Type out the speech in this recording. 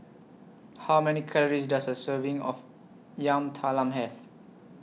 How Many Calories Does A Serving of Yam Talam Have